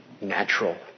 natural